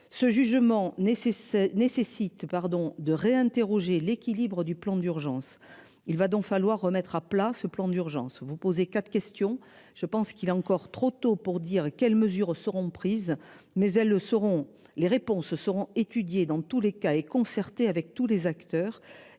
Ce jugement nécessaire nécessite pardon de réinterroger l'équilibre du plan d'urgence. Il va donc falloir remettre à plat ce plan d'urgence vous poser 4 questions. Je pense qu'il est encore trop tôt pour dire quelles mesures seront prises mais elles le seront les réponses seront étudiées dans tous les cas et concertée avec tous les acteurs